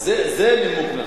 זה נימוק נכון.